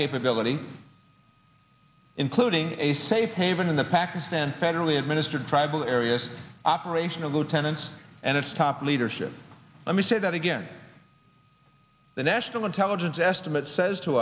capability including a safe haven in the pakistan federally administered tribal areas operational lieutenants and its top leadership let me say that again the national intelligence estimate says to